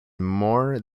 more